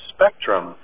Spectrum